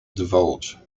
divulge